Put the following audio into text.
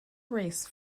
race